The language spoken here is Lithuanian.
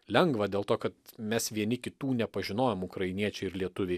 lengva dėl to kad mes vieni kitų nepažinojom ukrainiečiai ir lietuviai